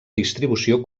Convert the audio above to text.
distribució